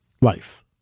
life